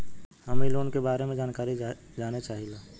हम इ लोन के बारे मे जानकारी जाने चाहीला?